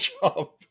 job